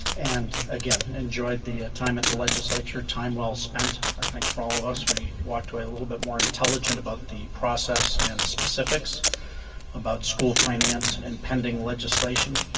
and again, enjoyed the time at the legislature, time well spent, i think, for all of us. we walked away a little bit more intelligent about the process and specifics about school finance and pending legislation.